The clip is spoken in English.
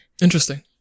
interesting